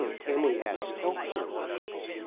um can we ask health care workers,